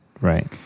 Right